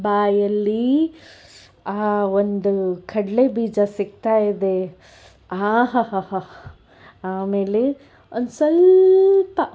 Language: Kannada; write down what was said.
ಬಾಯಲ್ಲಿ ಆ ಒಂದು ಕಡಲೇಬೀಜ ಸಿಗ್ತಾಯಿದೆ ಆಹಾಹಹ ಆಮೇಲೆ ಒಂದು ಸ್ವಲ್ಪ